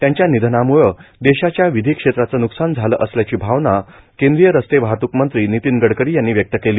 त्यांच्या निधनामूळ देशाच्या विधी क्षेत्राचे न्कसान झाले असल्याची भावना केंद्रीय रस्ते वाहतूक मंत्री नितीन गडकरी यांनी व्यक्त केली